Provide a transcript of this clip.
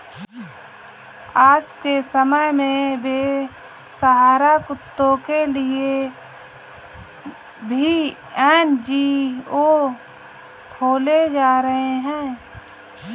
आज के समय में बेसहारा कुत्तों के लिए भी एन.जी.ओ खोले जा रहे हैं